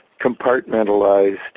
compartmentalized